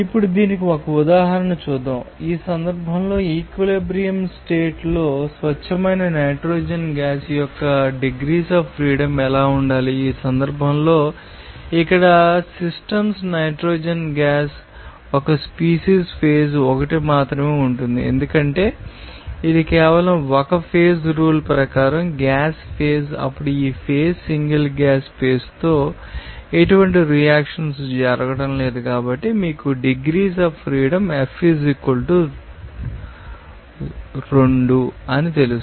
ఇప్పుడే దీనికి ఒక ఉదాహరణ చూద్దాం ఈ సందర్భంలో ఈక్విలిబ్రియం స్టేట్ లో స్వచ్ఛమైన నైట్రోజన్ గ్యాస్ యొక్క డిగ్రీస్ అఫ్ ఫ్రీడమ్ ఎలా ఉండాలి ఈ సందర్భంలో ఇక్కడ systems nitrogen gas 1 species phase 1 మాత్రమే ఉంటుంది ఎందుకంటే ఇది కేవలం 1 ఈ ఫేజ్ రూల్ ప్రకారం గ్యాస్ ఫేస్ అప్పుడు ఈ ఫేజ్ సింగిల్ గ్యాస్ స్పేస్తో ఎటువంటి రియాక్షన్స్ జరగడం లేదు కాబట్టి మీకు డిగ్రీస్ అఫ్ ఫ్రీడమ్ F 2 అని తెలుసు